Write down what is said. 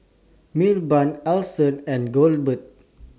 Milburn Ellison and Goebel